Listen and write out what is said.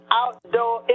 outdoor